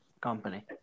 company